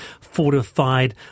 fortified